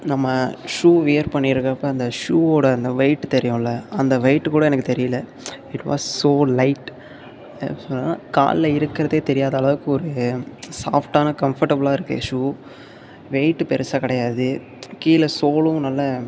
நம்ம shoe wear பண்ணியிருக்குற அப்போ அந்த ஷூவோடய அந்த வெயிட்டு தெரியும்லே அந்த வெயிட்டு கூட எனக்கு தெரியலை இட் வாஸ் ஸோ லைட் எப்படி சொல்கிறதுனா காலில் இருக்கிறதே தெரியாத ஒரு சாஃப்ட்டான கம்படஃபுளாக இருக்குது ஷூ வெயிட்டு பெருசாக கிடையாது கீழே சோலும் நல்ல